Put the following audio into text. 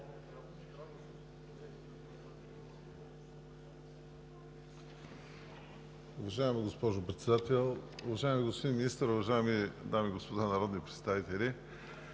Уважаема госпожо Председател, уважаеми господин Министър, уважаеми дами и господа народни представители!